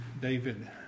David